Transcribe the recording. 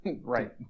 Right